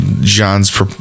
john's